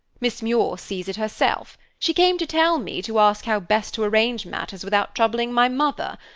miss muir sees it herself she came to tell me, to ask how best to arrange matters without troubling my mother.